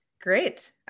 Great